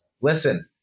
Listen